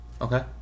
okay